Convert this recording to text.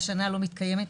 והשנה לא מתקיימת,